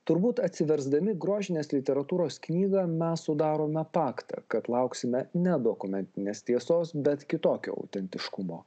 turbūt atsiversdami grožinės literatūros knygą mes sudarome paktą kad lauksime ne dokumentinės tiesos bet kitokio autentiškumo